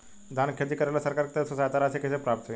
धान के खेती करेला सरकार के तरफ से सहायता राशि कइसे प्राप्त होइ?